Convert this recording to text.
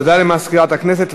תודה למזכירת הכנסת.